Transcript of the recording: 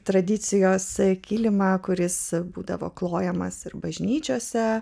tradicijos kilimą kuris būdavo klojamas ir bažnyčiose